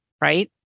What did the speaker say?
Right